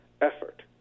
effort